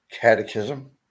catechism